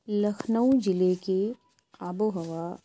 لکھنؤ ضلعے کی آب و ہوا